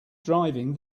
driving